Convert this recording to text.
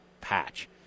patch